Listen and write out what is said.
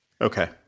Okay